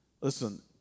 Listen